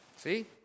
See